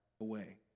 away